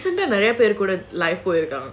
நெறய பேரு கூட:neraya peru kooda